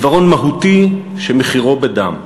עיוורון מהותי שמחירו בדם.